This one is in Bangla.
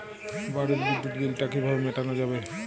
বাড়ির বিদ্যুৎ বিল টা কিভাবে মেটানো যাবে?